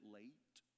late